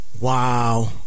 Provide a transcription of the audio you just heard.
Wow